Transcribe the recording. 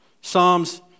Psalms